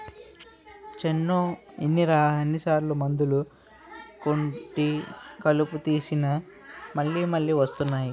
చేన్లో ఎన్ని సార్లు మందులు కొట్టి కలుపు తీసినా మళ్ళి మళ్ళి వస్తున్నాయి